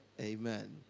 amen